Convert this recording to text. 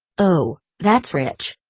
oh, that's rich.